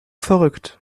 verrückt